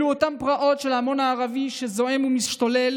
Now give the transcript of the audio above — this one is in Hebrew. אלו אותן פרעות של ההמון הערבי שזועם ומשתולל